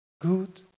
good